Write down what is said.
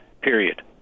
period